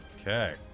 Okay